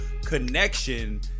connection